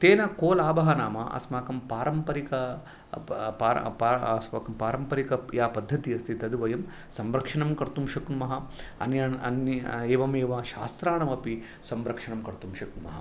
तेन को लाभः नाम अस्माकं पारम्परिक पारम्परिक या पद्धतिः अस्ति तद्वयं वयं संरक्षणं कर्तुं शक्नुमः अन्यान् अन्य एवमेव शास्त्राण्यमि संरक्षणं कर्तुं शक्नुमः